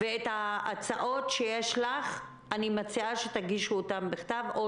ואת ההצעות שיש לך אני מציעה שתגישו בכתב או